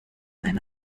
eine